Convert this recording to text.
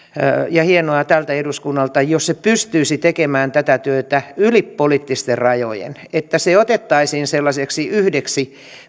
ja hienoa tältä eduskunnalta jos se pystyisi tekemään tätä työtä yli poliittisten rajojen että se otettaisiin sellaiseksi yhdeksi